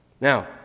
Now